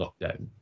lockdown